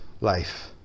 life